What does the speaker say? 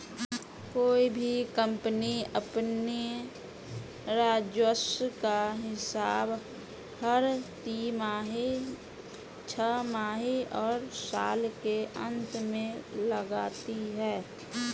कोई भी कम्पनी अपने राजस्व का हिसाब हर तिमाही, छमाही और साल के अंत में लगाती है